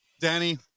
Danny